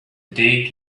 dig